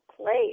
place